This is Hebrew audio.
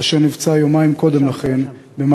שנהרגו בהן ארבעה